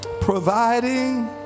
providing